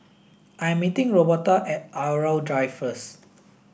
I 'm meeting Roberta at Irau Drive first